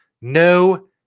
No